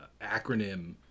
acronym